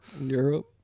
Europe